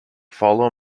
follow